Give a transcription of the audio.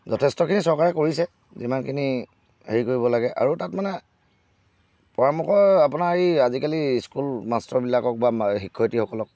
যথেষ্টখিনি চৰকাৰে কৰিছে যিমানখিনি হেৰি কৰিব লাগে আৰু তাত মানে পৰামৰ্শ আপোনাৰ এই আজিকালি স্কুল মাষ্টৰবিলাকক বা শিক্ষয়ত্ৰীসকলক